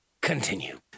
Continue